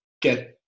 get